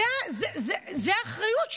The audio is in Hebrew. זו האחריות שלנו.